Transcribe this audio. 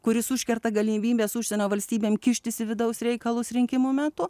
kuris užkerta galimybes užsienio valstybėm kištis į vidaus reikalus rinkimų metu